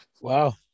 Wow